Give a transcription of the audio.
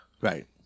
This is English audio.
Right